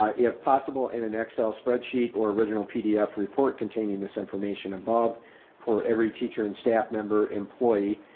um if possible in an excel spreadsheet or original pdf report containing this information above for every teacher and staff member employee,